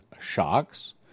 shocks